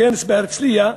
בכנס בהרצלייה,